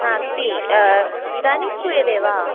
नास्ति इदानीं श्रूयते वा